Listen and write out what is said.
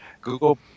Google